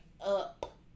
up